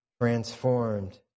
transformed